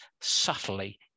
subtly